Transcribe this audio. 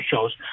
shows